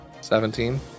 Seventeen